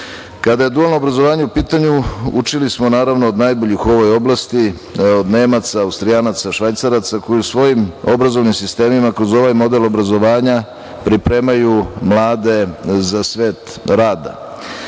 je dualno obrazovanje u pitanju učili smo, naravno od najboljih u ovoj oblasti, od Nemaca, Austrijanaca, Švajcaraca koji u svojim obrazovnim sistemima kroz ovaj model obrazovanja pripremaju mlade za svet rada.